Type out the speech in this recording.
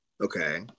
Okay